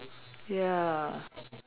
ya